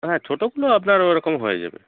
হ্যাঁ ছোটোগুলো আপনার ওরকম হয়ে যাবে